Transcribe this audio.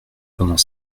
pendant